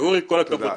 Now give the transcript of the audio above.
ואורי, כל הכבוד.